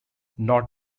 not